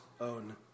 own